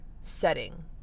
setting